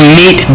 meet